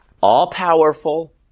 All-powerful